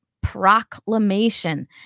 proclamation